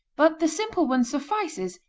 but the simple one suffices,